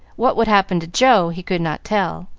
what would happen to joe, he could not tell,